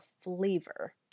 flavor